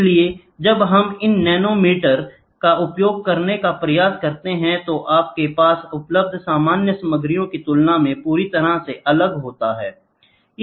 इसलिए जब हम इन नैनोमीटर का उपयोग करने का प्रयास करते हैं तो आपके पास उपलब्ध सामान्य सामग्रियों की तुलना में पूरी तरह से अलग होता है